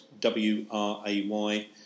W-R-A-Y